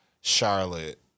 Charlotte